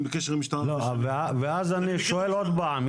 בקשר עם המשטרה --- אני שואל עוד הפעם,